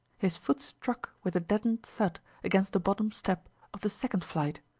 his foot struck with a deadened thud against the bottom step of the second flight,